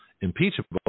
impeachable